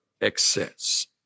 excess